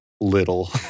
little